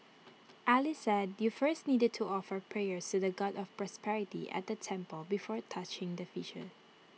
alice said you first need to offer prayers to the God of prosperity at the temple before touching the fish